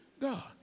God